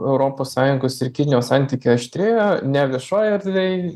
europos sąjungos ir kinijos santykiai aštrėja ne viešojoj erdvėj